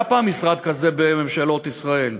היה פעם משרד כזה בממשלות ישראל,